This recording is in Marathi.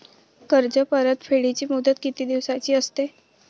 कर्ज परतफेडीची मुदत किती दिवसांची असते?